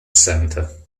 center